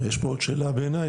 ויש פה עוד שאלה בעייני,